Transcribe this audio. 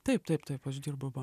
taip taip taip aš dirbu ba